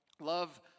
Love